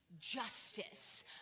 justice